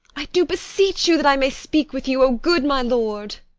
i do beseech you that i may speak with you, o, good my lord!